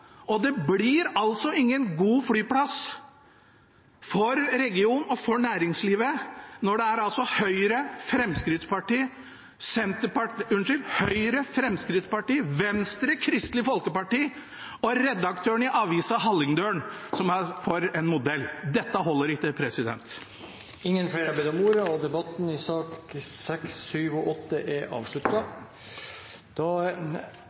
Og det blir altså ingen god flyplass for regionen og for næringslivet når det er Høyre, Fremskrittspartiet, Venstre, Kristelig Folkeparti og redaktøren i avisa Hallingdølen som er for en modell. Dette holder ikke. Flere har ikke bedt om ordet til sakene nr. 6, 7 og 8. Etter ønske fra energi- og